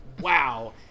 wow